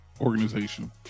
organization